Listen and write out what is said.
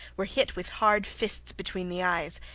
were hit with hard fists between the eyes,